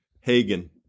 Hagen